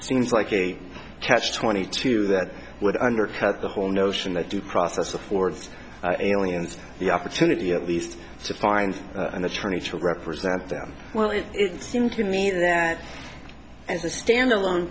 seems like a catch twenty two that would undercut the whole notion that due process affords aliens the opportunity at least so find an attorney to represent them well if it's you mean that as a stand alone